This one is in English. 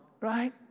right